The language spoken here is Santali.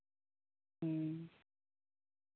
ᱦᱮᱸ